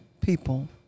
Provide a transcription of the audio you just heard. people